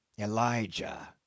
Elijah